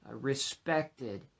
respected